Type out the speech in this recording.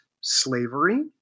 slavery